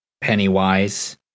Pennywise